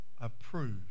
approved